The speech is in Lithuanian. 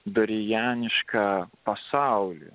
dorijaniška pasaulyje